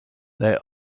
there